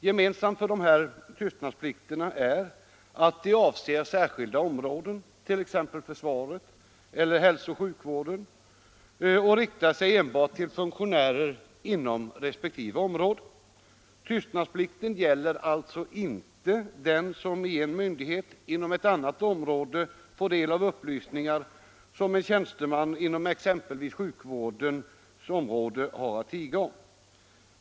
Gemensamt för dessa tystnadsplikter är att de avser särskilda områden, t.ex. försvaret eller hälsooch sjukvården, och riktar sig enbart till funktionärer inom resp. område. Tystnadsplikten gäller alltså inte den som i myndighet inom ett annat område får del av upplysningar som en tjänsteman inom t.ex. sjukvårdens område har att tiga om.